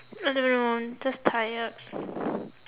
I don't know just tired